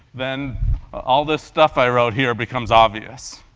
then all this stuff i wrote here becomes obvious.